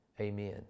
amen